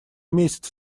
месяц